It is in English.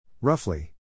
Roughly